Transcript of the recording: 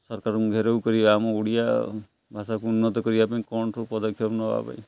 ସରକାରଙ୍କୁ ଘେରେଉ କରିବା ଆମ ଓଡ଼ିଆ ଭାଷାକୁ ଉନ୍ନତ କରିବା ପାଇଁ କ'ଣଠୁ ପଦକ୍ଷେପ ନବା ପାଇଁ